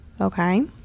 okay